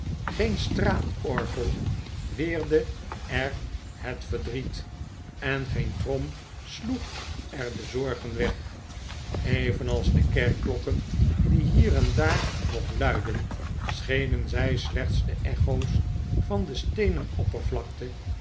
geen straatorgel weerde er het verdriet en geen trom sloeg er de zorgen weg evenals de kerkklokken die hier en daar nog luidden schenen zij slechts de echo's van de steenen oppervlakte